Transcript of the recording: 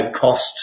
cost